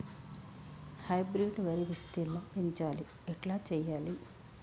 Hybrid వరి విస్తీర్ణం పెంచాలి ఎట్ల చెయ్యాలి?